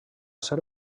ser